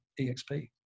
exp